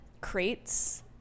crates